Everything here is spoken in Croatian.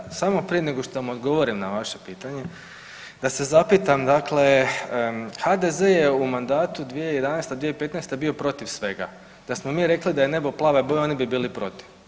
Pa kolegica, samo prije nego što vam odgovorim na vaše pitanje, da se zapitam dakle HDZ je u mandatu 2011. – 2015. bio protiv svega, da smo mi rekli da je nebo plave boje oni bi bili protiv.